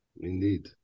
Indeed